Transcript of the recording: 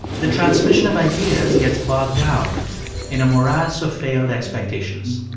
the transmission of ideas gets bogged down in a morass of failed expectations